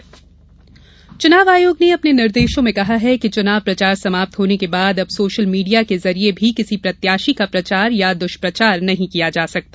social media निर्देश चुनाव आयोग ने अपने निर्देशों में कहा है कि चुनाव प्रचार समाप्त होने के बाद अब सोशल मीडिया के जरिए भी किसी प्रत्याशी का प्रचार या दुष्प्रचार नहीं किया जा सकता